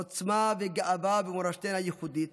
עוצמה וגאווה במורשתנו הייחודית